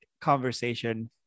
conversation